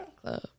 Club